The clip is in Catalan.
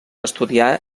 estudiar